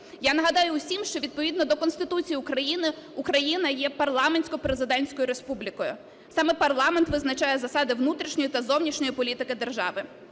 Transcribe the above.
Я нагадаю усім, що відповідно до Конституції України Україна є парламентсько-президентською республікою. Саме парламент визначає засади внутрішньої та зовнішньої політики держави.